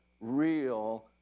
real